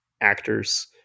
actors